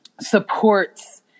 supports